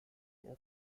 estas